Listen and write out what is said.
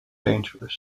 dangerous